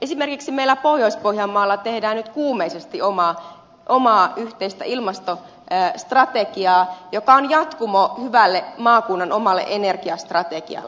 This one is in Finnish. esimerkiksi meillä pohjois pohjanmaalla tehdään nyt kuumeisesti omaa yhteistä ilmastostrategiaa joka on jatkumo hyvälle maakunnan omalle energiastrategialle